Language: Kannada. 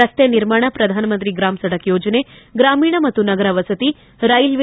ರಸ್ತೆ ನಿರ್ಮಾಣ ಪ್ರಧಾನಮಂತ್ರಿ ಗ್ರಾಮಸಡಕ್ ಯೋಜನೆ ಗ್ರಾಮೀಣ ಮತ್ತು ನಗರ ವಸತಿ ರೈಲ್ವೆ